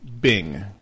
Bing